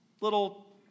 little